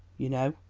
you know.